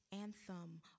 anthem